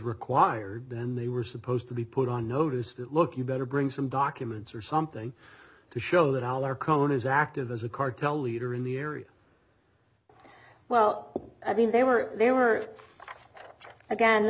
required and they were supposed to be put on notice that look you better bring some documents or something to show that our cone is active as a cartel leader in the area well i mean they were they were again